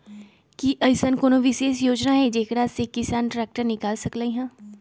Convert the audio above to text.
कि अईसन कोनो विशेष योजना हई जेकरा से किसान ट्रैक्टर निकाल सकलई ह?